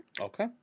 Okay